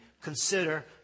consider